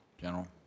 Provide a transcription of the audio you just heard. General